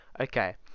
Okay